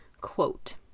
quote